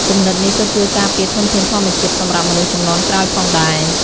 គំនិតនេះក៏ជួយការពារធនធានធម្មជាតិសម្រាប់មនុស្សជំនាន់ក្រោយផងដែរ។